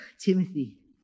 Timothy